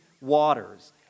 waters